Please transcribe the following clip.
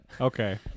Okay